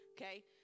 Okay